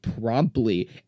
promptly